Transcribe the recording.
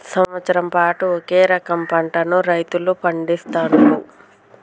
సంవత్సరం పాటు ఒకే రకం పంటలను రైతులు పండిస్తాండ్లు